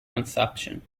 consumption